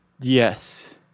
Yes